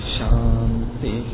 Shanti